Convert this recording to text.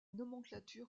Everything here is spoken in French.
nomenclature